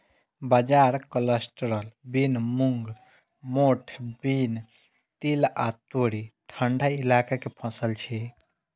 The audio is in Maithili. बाजरा, कलस्टर बीन, मूंग, मोठ बीन, तिल आ तोरी ठंढा इलाका के फसल छियै